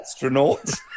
Astronauts